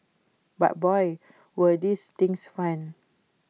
but boy were these things fun